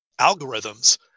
algorithms